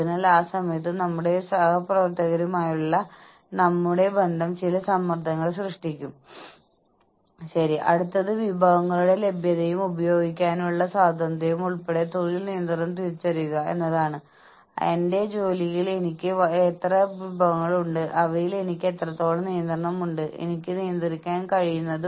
ഓർഗനൈസേഷനിൽ തങ്ങൾക്ക് ഒരു പങ്കാളിത്തമുണ്ടെന്ന് ജീവനക്കാർക്ക് തോന്നുന്നു ഇത് ജീവനക്കാരുടെ ഉടമസ്ഥാവകാശം വർദ്ധിപ്പിക്കുകയും ജീവനക്കാർക്ക് അധിക ആനുകൂല്യം നൽകുകയും ചെയ്യുന്നു